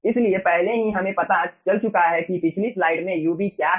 इसलिए पहले ही हमें पता चल चुका है कि पिछली स्लाइड में ub क्या है